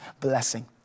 blessing